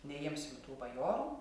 neimsim tų bajorų